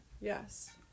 Yes